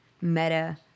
meta